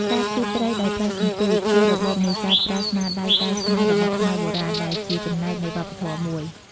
ការស្ទូចត្រីដោយប្រើសន្ទូច ជារបបនេសាទប្រើស្នាដៃកែច្នៃរបស់ខ្មែរបុរាណ ដែលជាចំណែកនៃវប្បធម៌មួយ។